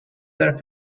there